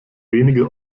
wenige